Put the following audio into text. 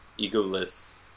egoless